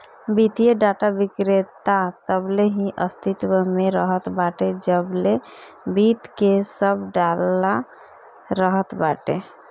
वित्तीय डाटा विक्रेता तबले ही अस्तित्व में रहत बाटे जबले वित्त के सब डाला रहत बाटे